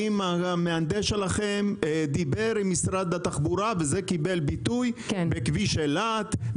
אם המהנדס שלכם דיבר עם משרד התחבורה וזה קיבל ביטוי בכביש אילת,